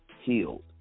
healed